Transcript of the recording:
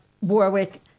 Warwick